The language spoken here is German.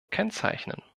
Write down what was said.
kennzeichnen